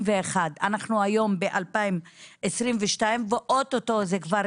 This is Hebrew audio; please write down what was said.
אנחנו היום ב-2023 ואוטוטו זה כבר